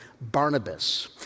Barnabas